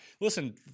listen